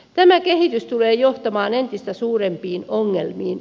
tämä kehitys tulee johtamaan entistä suurempiin ongelmiin